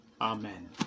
Amen